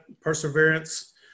Perseverance